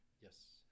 Yes